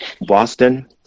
Boston